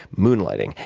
moonlighting,